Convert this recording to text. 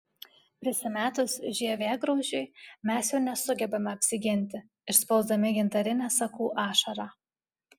prisimetus žievėgraužiui mes jau nesugebame apsiginti išspausdami gintarinę sakų ašarą